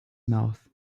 mouth